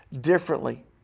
differently